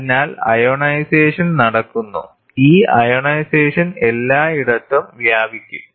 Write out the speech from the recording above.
അതിനാൽ അയോണൈസേഷൻ നടക്കുന്നു ഈ അയോണൈസേഷൻ എല്ലായിടത്തും വ്യാപിക്കും